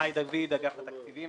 אגף התקציבים.